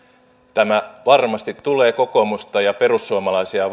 tämä varmasti tulee kokoomusta ja perussuomalaisia